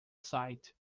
site